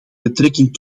betrekking